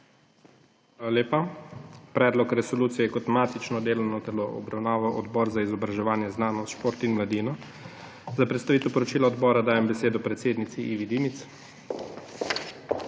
lepa. Predlog resolucije je kot matično delovno telo obravnaval Odbor za izobraževanje, znanost, šport in mladino. Za predstavitev poročila odbora dajem besedo predsednici Ivi Dimic.